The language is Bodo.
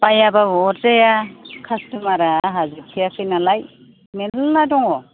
बायाबाबो अरजाया कास्त'मार आ आंहा जोबखायाखै नालाय मेल्ला दङ